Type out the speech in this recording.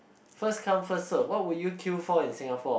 first come first serve what would you queue for in Singapore